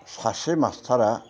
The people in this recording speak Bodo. सासे मास्टारा